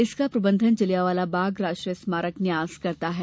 इसका प्रबंधन जलियांवाला बाग राष्ट्रीय स्मारक न्यास करता है